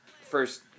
first